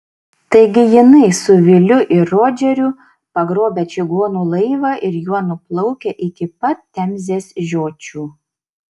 taigi jinai su viliu ir rodžeriu pagrobę čigonų laivą ir juo nuplaukę iki pat temzės žiočių